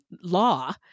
law